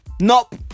Nope